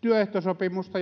työehtosopimusta